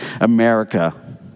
America